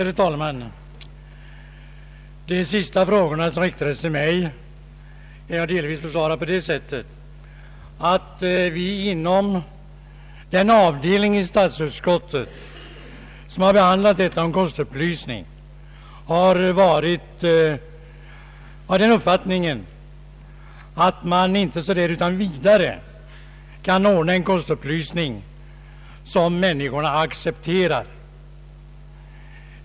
Herr talman! De frågor som riktats till mig vill jag delvis besvara genom att förklara, att vi inom den avdelning av statsutskottet som behandlat vissa önskemål angående kostupplysning har varit av den uppfattningen att man inte så där utan vidare kan åstadkomma en kostupplysning som människorna accepterar.